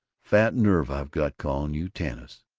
fat nerve i've got, calling you tanis!